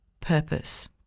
purpose